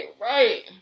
right